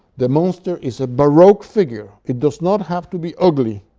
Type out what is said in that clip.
the monster is a baroque figure. it does not have to be ugly,